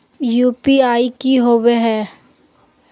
UPI की होवे है?